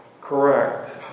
Correct